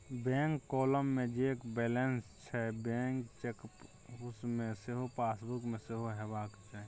bank column मे जे balance छै केसबुक मे सैह पासबुक मे सेहो हेबाक चाही